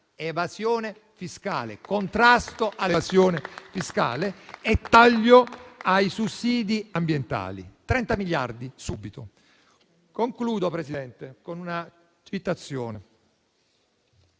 Evasione fiscale, contrasto all'evasione fiscale e taglio ai sussidi ambientali: 30 miliardi, subito. Concludo, Presidente, con una citazione